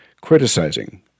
criticizing